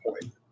point